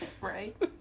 Right